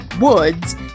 Woods